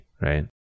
right